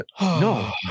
No